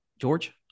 George